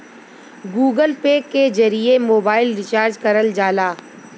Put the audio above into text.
Google Pay के जरिए mobile recharge करल जाला